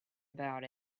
about